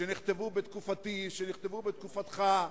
שנכתבו בתקופתי, שנכתבו בתקופתך,